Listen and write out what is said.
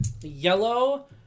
yellow